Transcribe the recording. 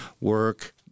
work